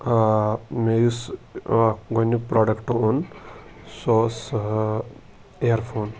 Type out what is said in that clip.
مےٚ یُس اَکھ گۄڈنیُک پرٛوڈَکٹ اوٚن سُہ اوس اِیر فون